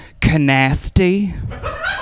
canasty